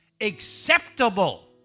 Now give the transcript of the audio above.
acceptable